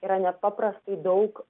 yra nepaprastai daug